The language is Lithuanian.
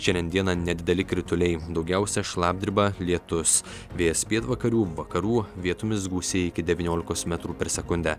šiandien dieną nedideli krituliai daugiausiai šlapdriba lietus vėjas pietvakarių vakarų vietomis gūsiai iki devyniolikos metrų per sekundę